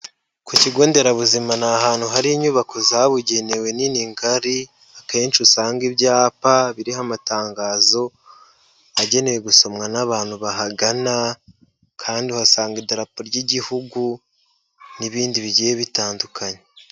Ku kigo nderabuzima ni ahantu hari inyubako zabugenewe nini ngari, akenshi usanga ibyapa, biriho amatangazo agenewe gusomwa n'abantu bahagana, kandi uhasanga idarapo ry'igihugu n'ibindi bigiye bitandukanye.